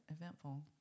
eventful